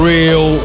Real